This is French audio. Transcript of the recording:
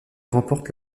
remporte